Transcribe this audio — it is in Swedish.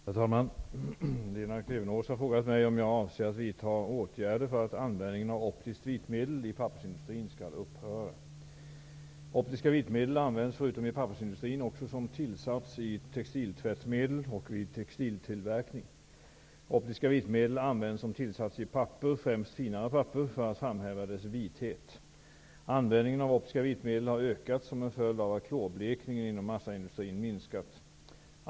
Herr talman! Lena Klevenås har frågat mig om jag avser att vidta åtgärder för att användningen av optiskt vitmedel i pappersindustrin skall upphöra. Optiska vitmedel används förutom i pappersindustrin också som tillsats i textiltvättmedel och vid textiltillverkning. Optiska vitmedel används som tillsats i papper, främst finare papper, för att framhäva dess vithet. Användningen av optiska vitmedel har ökat som en följd av att klorblekningen inom massaindustrin minskat.